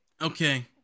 Okay